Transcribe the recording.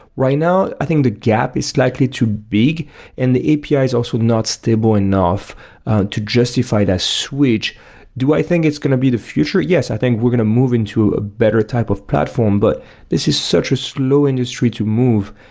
right now, i think the gap is slightly too big and the api is also not stable enough to justify that switch do i think it's going to be the future? yes, i think we're going to move into a better type of platform, but this is such a slow industry to move.